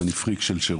ואני פריק של שירות,